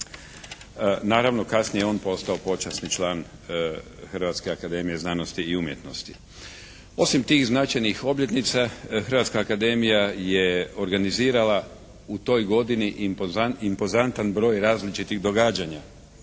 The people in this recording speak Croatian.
Naravno, kasnije je on postao počasni član Hrvatske akademije znanosti i umjetnosti. Osim tih značajnih obljetnica Hrvatska akademija je organizirala u toj godini impozantan broj različitih događanja.